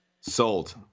Sold